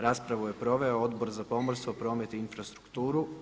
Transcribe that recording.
Raspravu je proveo Odbor za pomorstvo, promet i infrastrukturu.